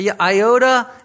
iota